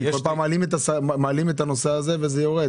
כי כל פעם מעלים את הנושא הזה וזה יורד,